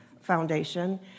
foundation